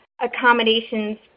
accommodations